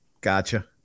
Gotcha